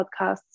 podcasts